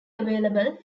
available